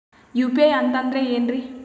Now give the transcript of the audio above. UPI ಅಂತಂದ್ರೆ ಏನ್ರೀ?